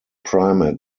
primate